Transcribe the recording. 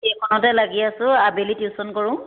এইখনতে লাগি আছোঁ আবেলি টিউশ্যন কৰোঁ